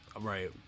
Right